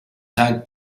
tag